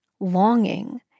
longing